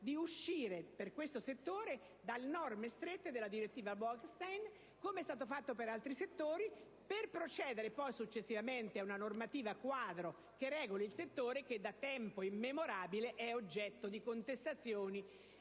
di uscire dalle norme strette della direttiva Bolkestein - come è stato fatto per altri settori - per procedere successivamente ad una normativa quadro che regoli la materia, che da tempo immemorabile è oggetto di contestazioni,